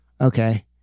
Okay